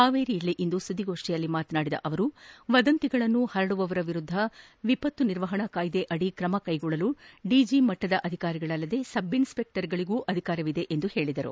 ಪಾವೇರಿಯಲ್ಲಿಂದು ಸುದ್ದಿಗೋಷ್ಠಿಯಲ್ಲಿ ಮಾತನಾಡಿದ ಅವರು ವದಂತಿಗಳನ್ನು ಹಬ್ಬಿಸುವವರ ವಿರುದ್ದ ವಿಪತ್ತು ನಿರ್ವಹಣಾ ಕಾಯ್ದೆಯಡಿ ಕ್ರಮ ಕೈಗೊಳ್ಳಲು ಡಿಜಿ ಮಟ್ಟದ ಅಧಿಕಾರಿಗಳಲ್ಲದೆ ಸಬ್ಇನ್ಸ್ಪೆಕ್ಟರ್ಗಳಿಗೂ ಅಧಿಕಾರವಿದೆ ಎಂದು ಹೇಳಿದರು